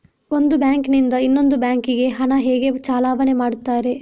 ಒಂದು ಬ್ಯಾಂಕ್ ನಿಂದ ಇನ್ನೊಂದು ಬ್ಯಾಂಕ್ ಗೆ ಹಣ ಹೇಗೆ ಚಲಾವಣೆ ಮಾಡುತ್ತಾರೆ?